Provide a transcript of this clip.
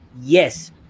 Yes